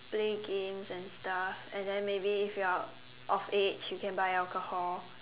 play games and stuff and then maybe if you are of age you can buy alcohol